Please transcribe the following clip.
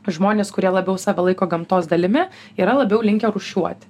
žmonės kurie labiau save laiko gamtos dalimi yra labiau linkę rūšiuoti